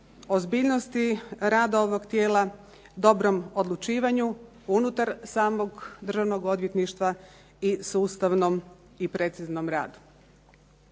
o ozbiljnosti rada ovog tijela, dobrom odlučivanju unutar samog Državnog odvjetništva i sustavnom i preciznom radu.